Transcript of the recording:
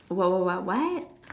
what what what what